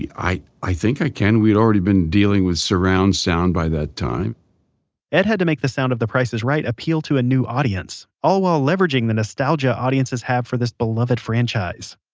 i. i think i can. we'd already been dealing with surround sound by that time edd had to make the sound of the price is right appeal to a new audience, all while leveraging the nostalgia audiences have for this beloved franchise.